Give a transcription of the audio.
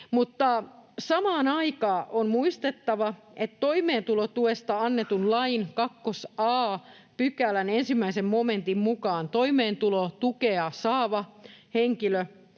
Samaan aikaan on muistettava, että toimeentulotuesta annetun lain 2 a §:n 1 momentin mukaan toimeentulotukea saava henkilö,